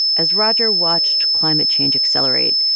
as roger watched climate change accelerate,